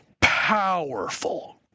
powerful